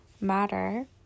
matter